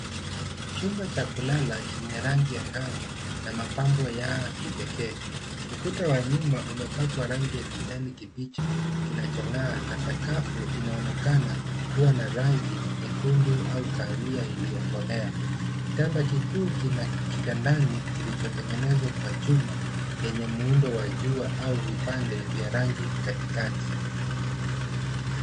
Chumba cha kulala chenye rangi ya angavu na mapambo ya kipekee. Ukuta wa nyuma umepakwa rangi ya kijani kibichi kinachong'aa na sakafu inaonekana kuwa na rangi nyekundu au kahawia iliyokolea. Kitanda kikuu kina kitandani kilichotengenezwa kwa chuma chenye muundo wa jua au vipande vya rangi katikati.